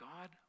God